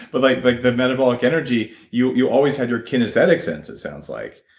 but like like the metabolic energy, you you always had your kinesthetic sense it sounds like,